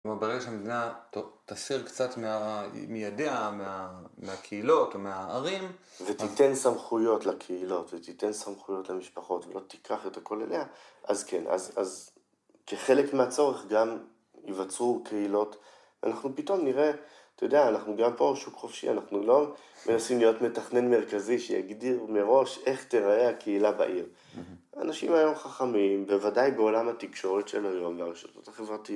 זאת אומרת, ברגע שהמדינה תסיר קצת מידיה, מהקהילות או מהערים. ותיתן סמכויות לקהילות ותיתן סמכויות למשפחות ולא תיקח את הכל אליה, אז כן, אז כחלק מהצורך גם יווצרו קהילות, אנחנו פתאום נראה, אתה יודע, אנחנו גם פה שוק חופשי, אנחנו לא מנסים להיות מתכנן מרכזי שיגדיר מראש איך תראה הקהילה בעיר. אנשים היום חכמים, בוודאי בעולם התקשורת של היום, והרשתות החברתיות